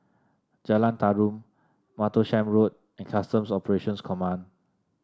Jalan Tarum Martlesham Road and Customs Operations Command